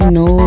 no